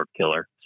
killer